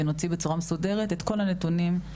ונוציא בצורה מסודרת את כל הנתונים שהם רלוונטיים.